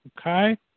okay